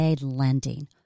lending